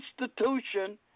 institution